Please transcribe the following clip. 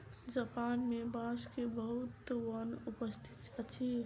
Japan मे बांस के बहुत वन उपस्थित अछि